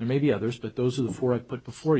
and maybe others but those are the four i put before